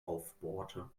aufbohrte